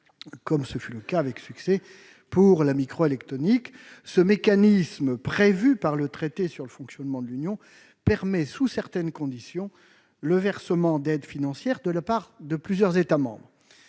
comme ce fut le cas avec succès pour la micro-électronique. Ce mécanisme, prévu par le traité sur le fonctionnement de l'Union européenne, permet, sous certaines conditions, le versement d'aides financières de la part de plusieurs États membres.